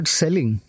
selling